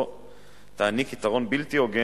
אך לא תעניק יתרון בלתי הוגן